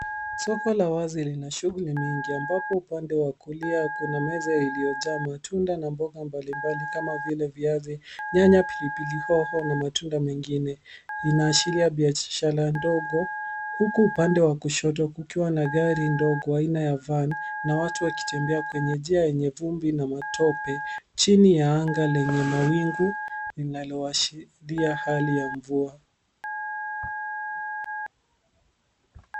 Soko la wazi lina shughuli mingi ambapo upande wa kulia kuna meza iliyojaa matunda na mboga mbalimbali kama vile viazi, nyanya, pilipili hoho na matunda mengine. Linaashiria biashara ndogo huku upande wa kushoto kukiwa na gari ndogo aina ya van na watu wakitembea kwenye njia yenye vumbi na matope chini la anga lenye mawingu linaloashiria hali ya mvua.